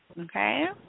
Okay